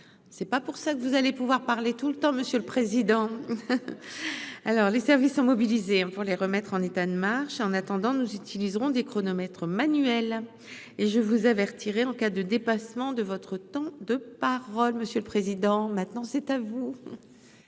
c'est pas pour ça que vous allez pouvoir parler tout le temps, monsieur le Président, alors les services sont mobilisés pour les remettre en état de marche en attendant, nous utiliserons des chronomètres Manuel et je vous avertirai en cas de dépassement de votre temps de parole Monsieur le Président, maintenant c'est à vous.